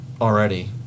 already